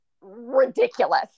ridiculous